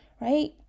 right